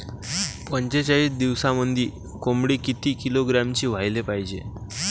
पंचेचाळीस दिवसामंदी कोंबडी किती किलोग्रॅमची व्हायले पाहीजे?